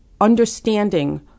understanding